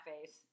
face